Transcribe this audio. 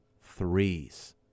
threes